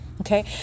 Okay